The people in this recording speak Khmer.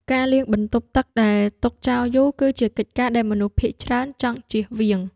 ការលាងបន្ទប់ទឹកដែលទុកចោលយូរ គឺជាកិច្ចការដែលមនុស្សភាគច្រើនចង់ជៀសវាង។